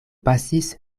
pasis